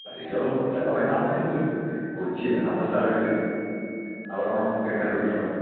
പരിചയം ഉള്ള ഹോട്ടല് അവിടെ കാണുമായിരിക്കുമല്ലോ പിന്നെ കൊച്ചിയല്ലേ നമ്മുടെ സ്ഥലം അല്ലേ അവിടെയാണോ നമുക്ക് കണ്ട് പിടിക്കാൻ പാട്